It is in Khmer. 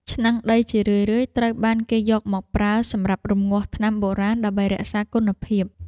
ឆ្នាំងដីជារឿយៗត្រូវបានគេយកមកប្រើសម្រាប់រំងាស់ថ្នាំបុរាណដើម្បីរក្សាគុណភាព។